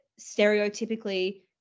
stereotypically